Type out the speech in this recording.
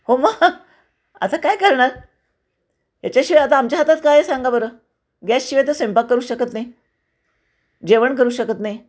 हो मग आता काय करणार याच्याशिवाय आता आमच्या हातात काय आहे सांगा बरं गॅसशिवाय तर स्वयंपाक करू शकत नाही जेवण करू शकत नाही